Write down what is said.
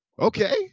Okay